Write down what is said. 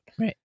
right